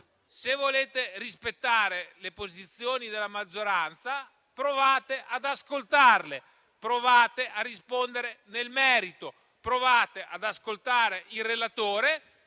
se volete rispettare le posizioni della maggioranza, provate ad ascoltarle e a rispondere nel merito. Provate ad ascoltare il relatore